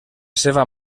seva